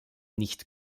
nicht